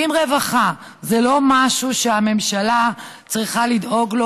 אם רווחה זה לא משהו שהממשלה צריכה לדאוג לו,